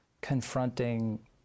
Confronting